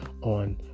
on